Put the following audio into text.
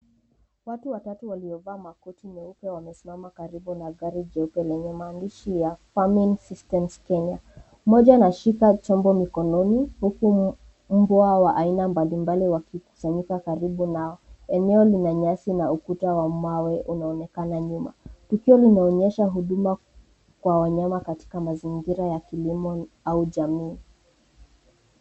Watu watatu waliovaa makoti meupe wamesimama karibu gari jeupe lenye maandishi ya Farming system Kenya moja anashika chombo mkononi huku mbwa wa aina mbali mbali wakikusanyika karibu na eneo lina nyasi na ukuta wa mawe unaonekana nyuma. Tukio linaonyesha huduma kwa wanyama katika mazingira ya kilimo au jamii.